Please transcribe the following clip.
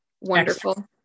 wonderful